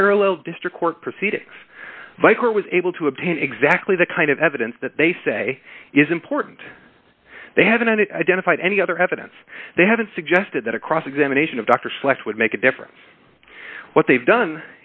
parallel district court proceedings viper was able to obtain exactly the kind of evidence that they say is important they haven't done it identified any other evidence they haven't suggested that a cross examination of dr select would make a difference what they've done